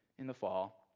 in the fall,